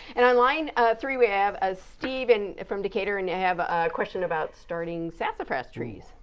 and and line ah three, we have ah steve and from decatur and have question about starting sassafras trees.